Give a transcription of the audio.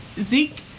zeke